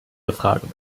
befragen